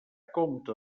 compte